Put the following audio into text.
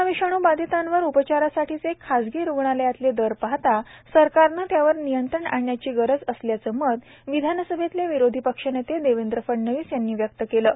corona विषाणू बाधितांवर उपचारासाठीचे खासगी रुग्णालयांचे दर पाहता सरकारनं त्यावर नियंत्रण आणण्याची गरज असल्याचे मत विधानसभेतले विरोधी पक्षनेते देवेंद्र फडणवीस यांनी व्यक्त केली आहे